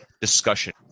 discussion